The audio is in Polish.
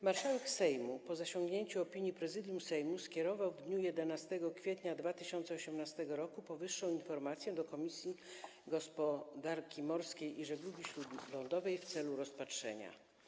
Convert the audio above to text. Marszałek Sejmu po zasięgnięciu opinii Prezydium Sejmu skierował w dniu 11 kwietnia 2018 r. powyższą informację do Komisji Gospodarki Morskiej i Żeglugi Śródlądowej w celu rozpatrzenia.